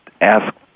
ask